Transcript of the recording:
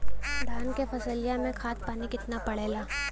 धान क फसलिया मे खाद पानी कितना पड़े ला?